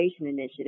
Initiative